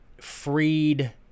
freed